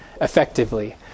effectively